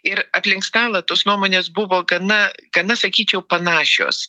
ir aplink stalą tos nuomonės buvo gana gana sakyčiau panašios